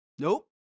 Nope